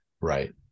Right